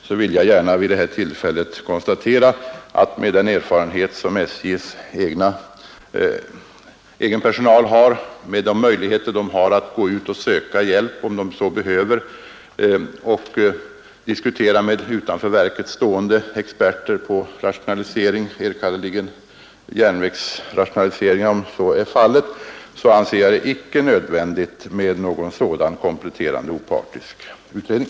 Jag vill då gärna ta detta tillfälle i akt att konstatera, att med den erfarenhet som SJ:s egen personal har och med de möjligheter man där har att gå ut och söka diskutera med utanför verket stående experter på rationaliseringsområdet, enkannerligen järnvägsrationaliseringar, anser jag det icke vara nödvändigt med en sådan kompletterande opartisk utredning.